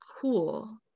cool